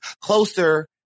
closer